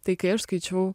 tai kai aš skaičiau